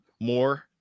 more